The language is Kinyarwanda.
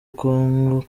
congo